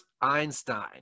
Einstein